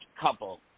couple